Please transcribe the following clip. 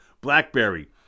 BlackBerry